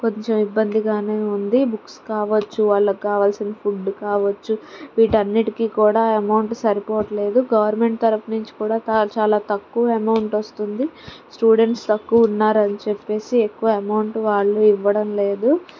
కొంచెం ఇబ్బందిగానే ఉంది బుక్స్ కావచ్చు వాళ్ళకు కావలసిన ఫుడ్ కావచ్చు వీటన్నిటికీ కూడా అమౌంట్ సరిపోవట్లేదు గవర్నమెంట్ తరపు నుంచి కూడా చాలా తక్కువ అమౌంట్ వస్తుంది స్టూడెంట్స్ తక్కువ ఉన్నారని చెప్పేసి ఎక్కువ అమౌంట్ వాళ్ళు ఇవ్వడం లేదు